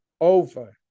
over